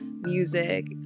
music